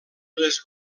les